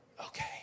Okay